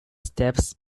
steps